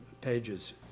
pages